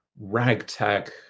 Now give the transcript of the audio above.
ragtag